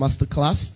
Masterclass